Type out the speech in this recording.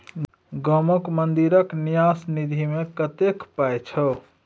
गामक मंदिरक न्यास निधिमे कतेक पाय छौ